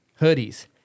hoodies